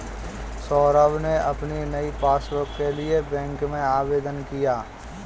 सौरभ ने अपनी नई पासबुक के लिए बैंक में आवेदन किया